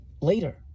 Later